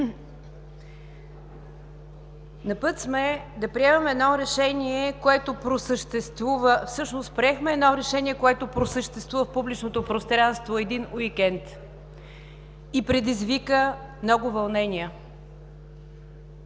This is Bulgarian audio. два месеца. Приехме решение, което просъществува в публичното пространство един уикенд и предизвика много вълнения.